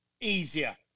easier